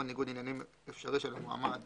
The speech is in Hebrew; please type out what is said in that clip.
או ניגוד עניינים אפשרי של המועמד